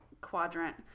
quadrant